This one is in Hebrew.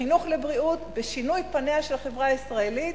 וחינוך לבריאות ושינוי פניה של החברה הישראלית.